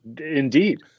Indeed